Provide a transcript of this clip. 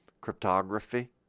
cryptography